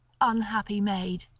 unhappy maid!